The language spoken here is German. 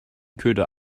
köder